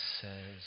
says